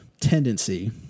tendency